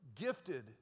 gifted